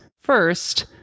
first